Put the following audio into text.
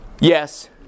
Yes